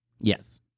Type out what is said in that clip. Yes